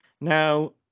now